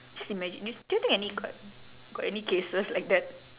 just imagine this do you think any got got any cases like that